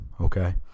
okay